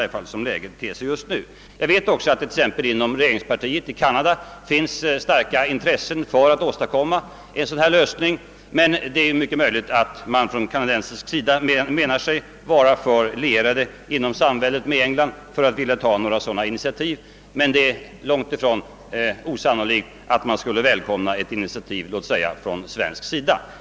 Jag vet också att det inom exempelvis regeringspartiet i Kanada finns starka intressen för att åstadkomma en sådan lösning. Men det är mycket möjligt att man från kanadensisk sida menar sig vara alltför nära lierad med England för att vilja ta några initiativ själva. Det är dock sannolikt att man skulle välkomna ett initiativ exempelvis från Sveriges sida.